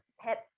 pets